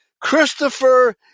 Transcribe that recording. Christopher